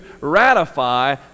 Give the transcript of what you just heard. ratify